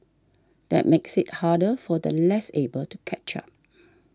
that makes it harder for the less able to catch up